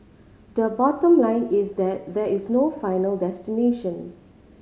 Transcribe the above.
the bottom line is that there is no final destination